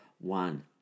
One